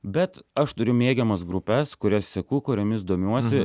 bet aš turiu mėgiamas grupes kurias seku kuriomis domiuosi